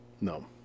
no